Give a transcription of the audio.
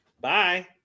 bye